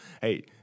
hey